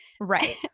Right